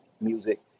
music